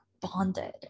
bonded